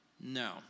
No